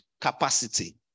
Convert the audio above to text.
Capacity